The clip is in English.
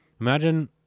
imagine